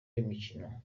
y’imikino